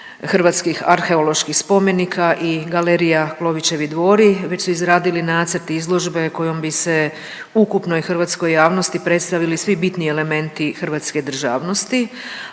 hrvatskih arheoloških spomenika i galerija Klovićevi dvori već su izradili nacrt izložbe kojom bi se ukupnoj hrvatskoj javnosti predstavili svi bitni elementi hrvatske državnosti.